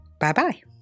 Bye-bye